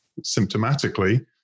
symptomatically